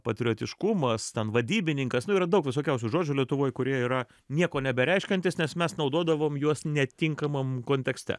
patriotiškumas ten vadybininkas nu yra daug visokiausių žodžių lietuvoj kurie yra nieko nebereiškiantys nes mes naudodavom juos netinkamam kontekste